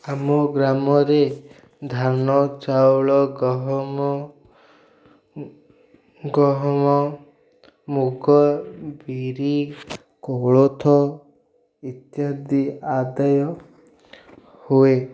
ଆମ ଗ୍ରାମରେ ଧାନ ଚାଉଳ ଗହମ ଗହମ ମୁଗ ବିରି କୋଳଥ ଇତ୍ୟାଦି ଆଦାୟ ହୁଏ